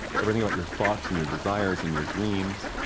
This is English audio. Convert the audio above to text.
everything about your thoughts, and your desires, and your dreams,